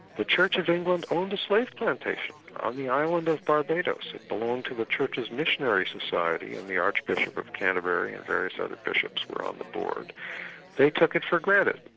the church of england owned a slave plantation on the island of barbados, it belonged to the church's missionary society, and the archbishop of canterbury and various other bishops were on the board they took it for granted.